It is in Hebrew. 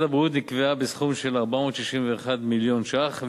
הבריאות נקבעה בסכום של 461 מיליון ש"ח,